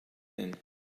then